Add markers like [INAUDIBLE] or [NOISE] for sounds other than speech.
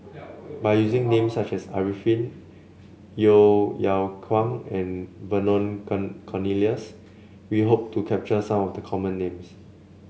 by using names such as Arifin Yeo Yeow Kwang and Vernon [UNINTELLIGIBLE] Cornelius we hope to capture some of the common names